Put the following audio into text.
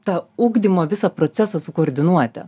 tą ugdymo visą procesą sukoordinuoti